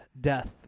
Death